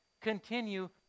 continue